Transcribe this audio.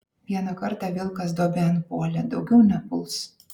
vieną kartą vilkas duobėn puolė daugiau nepuls